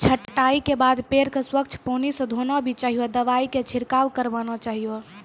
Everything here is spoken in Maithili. छंटाई के बाद पेड़ क स्वच्छ पानी स धोना भी चाहियो, दवाई के छिड़काव करवाना चाहियो